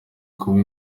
kuba